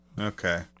Okay